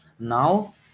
Now